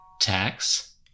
tax